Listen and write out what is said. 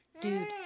Dude